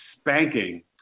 spanking